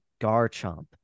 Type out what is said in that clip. Garchomp